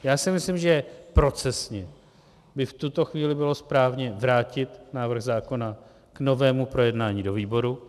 Já si myslím, že procesně by v tuto chvíli bylo správné vrátit návrh zákona k novému projednání do výboru.